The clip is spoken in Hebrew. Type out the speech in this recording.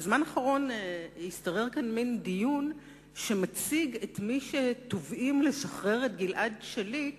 בזמן האחרון השתרר כאן מין דיון שמציג את מי שתובעים לשחרר את גלעד שליט